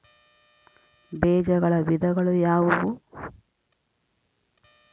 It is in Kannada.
ಬೇಜಗಳ ವಿಧಗಳು ಯಾವುವು?